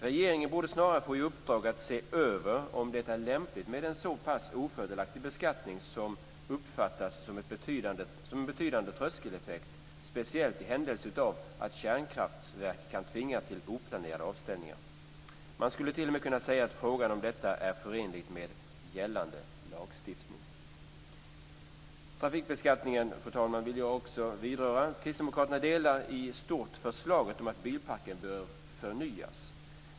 Regeringen borde snarare få i uppdrag att se över om det är lämpligt med en så pass ofördelaktig beskattning som uppfattas som en betydande tröskeleffekt, speciellt i händelse av att kärnkraftverk kan tvingas till oplanerade avställningar. Man skulle t.o.m. kunna ställa frågan om detta är förenligt med gällande lagstiftning. Trafikbeskattningen, fru talman, vill jag också beröra. Kristdemokraterna delar i stort förslaget om att bilparken bör förnyas.